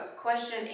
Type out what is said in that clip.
question